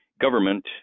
government